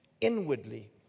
inwardly